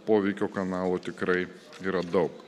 poveikio kanalų tikrai yra daug